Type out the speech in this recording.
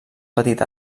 petit